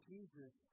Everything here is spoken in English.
Jesus